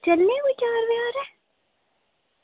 चलने आं कोई चार बजे हारे